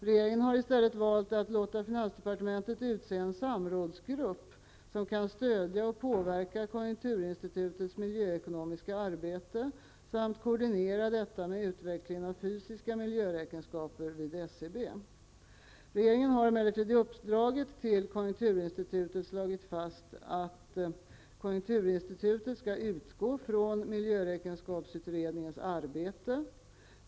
Regeringen har i stället valt att låta finansdepartementet utse en samrådsgrupp, som kan stödja och påverka konjunkturinstitutets miljöekonomiska arbete, samt koordinera detta med utvecklingen av fysiska miljöräkenskaper vid Regeringen har emellertid i uppdraget till konjunkturinstitutet slagit fast att: Konjunkturinstitutet skall utgå från miljöräkenskapsutredningens arbete.